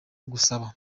gusaba